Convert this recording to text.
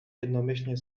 jednomyślnie